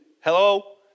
hello